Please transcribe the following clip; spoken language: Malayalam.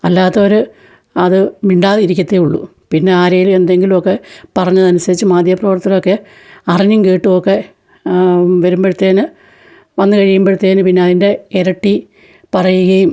അല്ലാത്തവര് അത് മിണ്ടാതെ ഇരിക്കത്തേ ഉള്ളു പിന്നെ ആരേലും എന്തെങ്കിലുമൊക്കെ പറഞ്ഞതനുസരിച്ച് മാധ്യമ പ്രവർത്തകരൊക്കെ അറിഞ്ഞും കേട്ടുമൊക്കെ വരുമ്പഴത്തേന് വന്നുകഴിയുമ്പഴ്ത്തേന് പിന്നെ അതിന്റെ ഇരട്ടി പറയുകയും